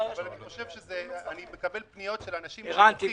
אני מקבל פניות של אנשים פשוטים.